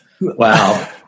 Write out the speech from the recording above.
Wow